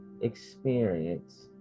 experience